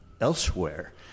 elsewhere